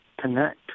connect